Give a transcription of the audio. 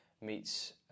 meets